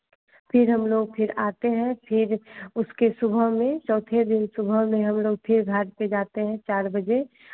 फिर हमलोग फिर आते हैं फिर उसके सुबह में चौथे दिन सुबह में हमलोग फिर घाट पर जाते हैं चार बजे